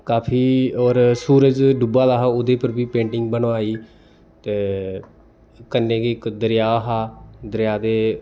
काफी होर सूरज डुब्बा दा हा ओह्दे उप्पर बी पेंटिंग बनोआई ते कन्नै गै इक दरेआ हा दरेआ दे